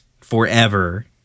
forever